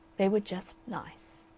they were just nice.